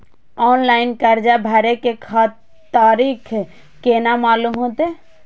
Online कर्जा भरे के तारीख केना मालूम होते?